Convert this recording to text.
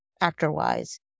actor-wise